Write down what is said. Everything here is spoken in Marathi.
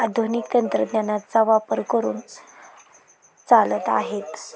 आधुनिक तंत्रज्ञानाचा वापर करून चालत आहेत